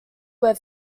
were